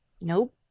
Nope